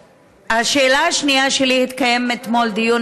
השאלה השנייה שלי: התקיים אתמול דיון